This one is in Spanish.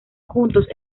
juntos